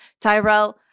Tyrell